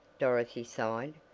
dorothy sighed.